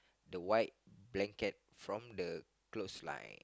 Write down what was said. the white blanket from the clothesline